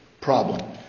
problem